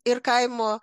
ir kaimo